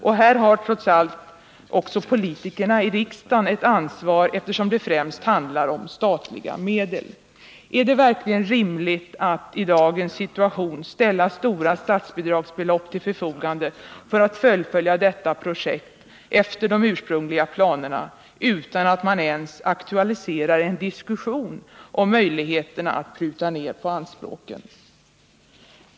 Och här har trots allt också politikerna i riksdagen ett ansvar eftersom det främst handlar om statliga medel. Är det verkligen rimligt att i dagens situation ställa stora statsbelopp till förfogande för att fullfölja detta projekt efter de ursprungliga planerna utan att man ens aktualiserar en diskussion om möjligheterna att pruta ner på anspråken?